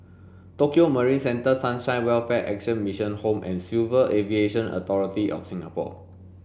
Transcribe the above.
Tokio Marine Centre Sunshine Welfare Action Mission Home and Civil Aviation Authority of Singapore